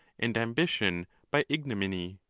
and ambition by ignominy.